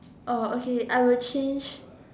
oh okay I will change